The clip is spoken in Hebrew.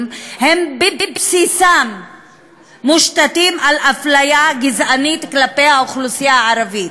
הם בבסיסם מושתתים על אפליה גזענית כלפי האוכלוסייה הערבית.